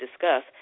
discuss